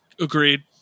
agreed